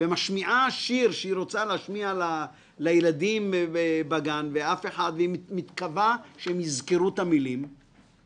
שמעתי נציג של פרטנר מסביר איך אפשר לגנוב תכנים של הוט.